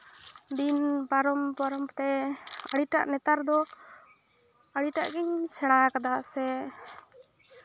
ᱫᱤᱱ ᱯᱟᱨᱚᱢ ᱯᱟᱨᱚᱢ ᱛᱮ ᱟᱹᱰᱤᱴᱟᱜ ᱱᱮᱛᱟᱨ ᱫᱚ ᱟᱹᱰᱤᱴᱟᱜ ᱜᱤᱧ ᱥᱮᱬᱟ ᱟᱠᱟᱫᱟ ᱥᱮ